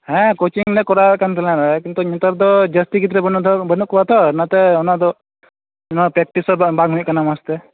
ᱦᱮᱸ ᱠᱳᱪᱤᱝ ᱞᱮ ᱠᱚᱨᱟᱣ ᱮᱫ ᱠᱟᱱ ᱛᱟᱦᱮᱱᱟ ᱟᱞᱮ ᱠᱤᱱᱛᱩ ᱱᱮᱛᱟᱨ ᱫᱚ ᱡᱟᱹᱥᱛᱤ ᱜᱤᱫᱽᱨᱟᱹ ᱱᱤᱭᱟᱹ ᱰᱷᱟᱣ ᱵᱟᱹᱱᱩᱜ ᱠᱚᱣᱟ ᱛᱚ ᱚᱱᱟᱛᱮ ᱚᱱᱟ ᱫᱚ ᱚᱱᱟ ᱯᱮᱠᱴᱤᱥ ᱦᱚᱸ ᱵᱟᱝ ᱦᱩᱭᱩᱜ ᱠᱟᱱᱟ ᱢᱚᱡᱽᱛᱮ